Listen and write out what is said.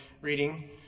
reading